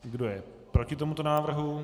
Kdo je proti tomuto návrhu?